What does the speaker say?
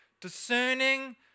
discerning